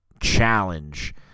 Challenge